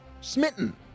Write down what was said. Smitten